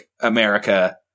America